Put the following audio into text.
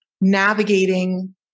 navigating